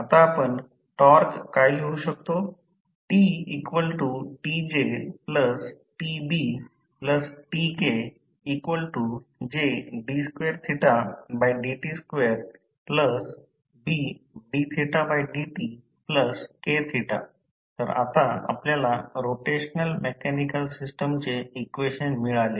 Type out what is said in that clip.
आता आपण टॉर्क काय लिहू शकतो TTJTBTKJd2dt2Bdθdtkθ तर आता आपल्याला रोटेशनल मेकॅनिकल सिस्टमचे इक्वेशन मिळाले